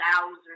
thousands